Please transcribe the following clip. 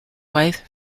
wife